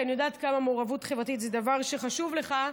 כי אני יודעת כמה מעורבות חברתית זה דבר שחשוב לך: